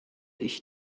ich